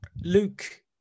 Luke